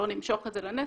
שלא נמשוך את זה לנצח.